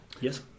Yes